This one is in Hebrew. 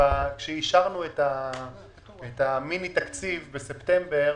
כשאישרנו את המיני-תקציב בספטמבר